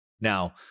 Now